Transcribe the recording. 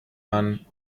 man